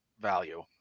value